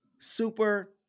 super